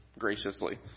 graciously